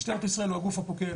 משטרת ישראל הוא הגוף הפוקד